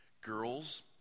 Girls